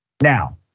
Now